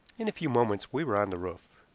in a few moments we were on the roof.